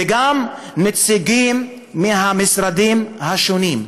וגם נציגים מהמשרדים השונים.